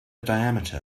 diameter